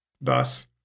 Thus